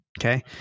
okay